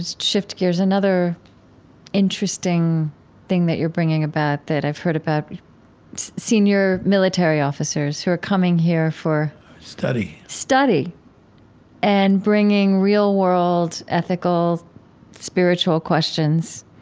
shift gears another interesting thing that you're bringing about that i've heard about senior military officers who are coming here for study study and bringing real-world ethical spiritual questions,